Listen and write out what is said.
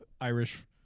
Irish